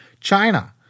China